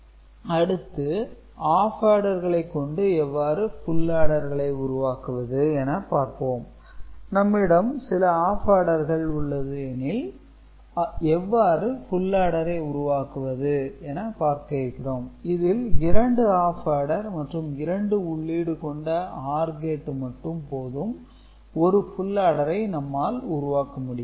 Cin S A ⊕ B ⊕Cin அடுத்து half adder களை கொண்டு எவ்வாறு ஃபுல் ஆடர் களை உருவாக்குவது என பார்ப்போம் நம்மிடம் சில ஆப் ஆர்டர்கள் உள்ளது எனில் எவ்வாறு ஃபுல் ஆர்டரை உருவாக்குவது என பார்க்க இருக்கிறோம் இதில் இரண்டு ஆப் ஆர்டர் மற்றும் இரண்டு உள்ளீடு கொண்ட ஆர் கேட்டு மட்டும் போதும் ஒரு ஃபுல் ஆர்டரை நம்மால் உருவாக்க முடியும்